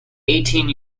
eighteen